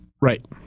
Right